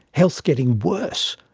health getting worse,